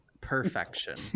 Perfection